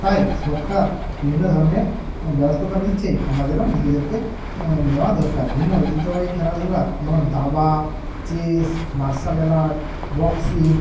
তাই সরকার বিভিন্ন ধরনের ব্যবস্থা তো নিচ্ছেই আমাদেরও নিজেদেরকে নেওয়া দরকার বিভিন্ন ঐতিহ্যবাহী খেলাধুলা যেমন দাবা চেস মার্শাল আর্ট বক্সিং